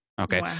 okay